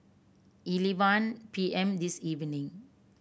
eleven P M this evening